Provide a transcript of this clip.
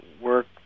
work